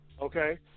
Okay